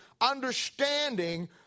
understanding